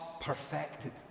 perfected